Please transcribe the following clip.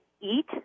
eat